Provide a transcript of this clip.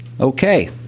okay